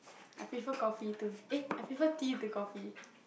I prefer coffee too eh I prefer tea to coffee